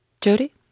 Jody